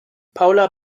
paula